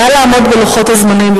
נא לעמוד בלוחות הזמנים.